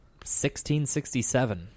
1667